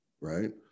right